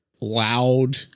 loud